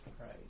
Right